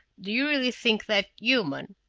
do you really think that human